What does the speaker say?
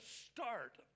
start